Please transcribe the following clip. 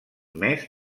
més